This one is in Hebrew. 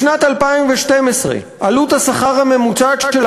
בשנת 2012 עלות השכר הממוצעת של